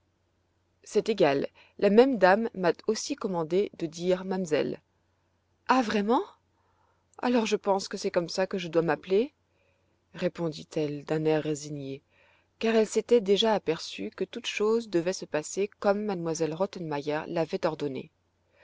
c'est égal la même dame m'a aussi commandé de dire mamselle ah vraiment alors je pense que c'est comme ça que je dois m'appeler répondit-elle d'un air résigné car elle s'était déjà aperçue que toutes choses devaient se passer comme m elle rottenmeier l'avait ordonné